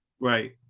Right